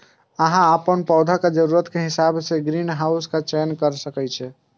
अहां अपन पौधाक जरूरत के हिसाब सं ग्रीनहाउस के चयन कैर सकै छी